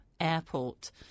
airport